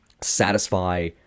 satisfy